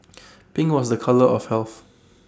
pink was A colour of health